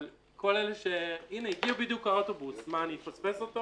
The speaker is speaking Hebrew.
הנה, הגיע בדיוק האוטובוס, מה אני אפספס אותו